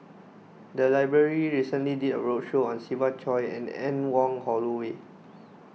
the library recently did a roadshow on Siva Choy and Anne Wong Holloway